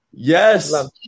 yes